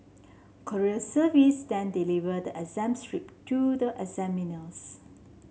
courier service then deliver the exam script to the examiners